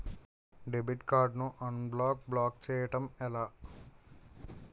Debit card ను block బ్లాక్ చేయటం ఎలా?